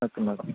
okay madam